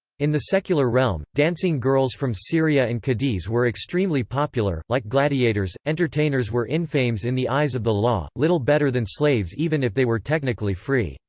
in the secular realm, dancing girls from syria and cadiz were extremely popular like gladiators, entertainers were infames in the eyes of the law, little better than slaves even if they were technically free.